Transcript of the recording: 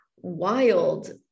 wild